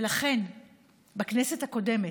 ולכן בכנסת הקודמת,